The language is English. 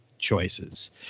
Choices